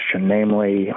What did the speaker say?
namely